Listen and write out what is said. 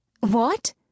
What